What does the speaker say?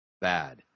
bad